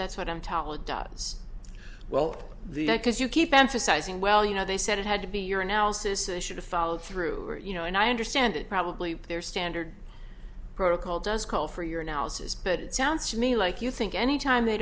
that's what i'm told dots well the because you keep them sizing well you know they said it had to be your analysis issue to follow through you know and i understand it probably their standard protocol does call for your analysis but it sounds to me like you think any time they